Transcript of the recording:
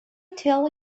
tell